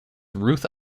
ruth